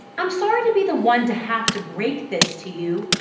i'm sorry to be the one to have to break this to you,